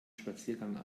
spaziergang